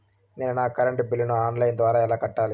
నేను నా కరెంటు బిల్లును ఆన్ లైను ద్వారా ఎలా కట్టాలి?